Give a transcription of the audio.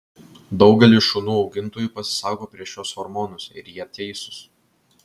daugelis šunų augintojų pasisako prieš šiuos hormonus ir jie teisūs